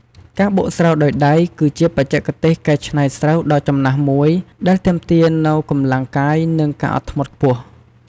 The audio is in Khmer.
ការបុកស្រូវដោយដៃ គឺជាបច្ចេកទេសកែច្នៃស្រូវដ៏ចំណាស់មួយដែលទាមទារនូវកម្លាំងកាយ និងការអត់ធ្មត់ខ្ពស់។